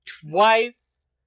twice